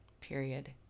Period